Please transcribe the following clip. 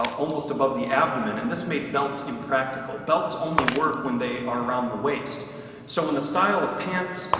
almost above the abdomen and this made belts impractical. belts only work when they are around the waist so in the style of pants,